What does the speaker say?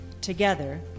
Together